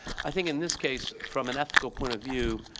i think in this case, from an ethical point of view,